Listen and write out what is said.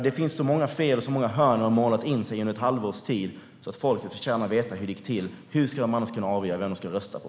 Det finns så många fel och hörn man har målat in sig i under ett halvårs tid. Folket förtjänar att veta hur det gick till - hur ska de annars kunna avgöra vem de ska rösta på?